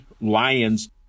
lions